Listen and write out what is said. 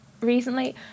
recently